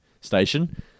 station